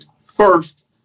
first